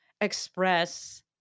express